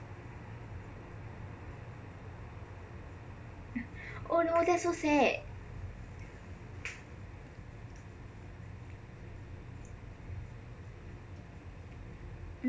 oh no that's so sad